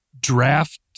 draft